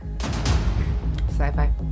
Sci-fi